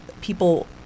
people